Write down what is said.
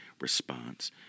response